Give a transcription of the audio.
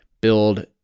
build